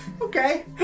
Okay